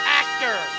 actor